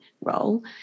role